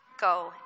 Go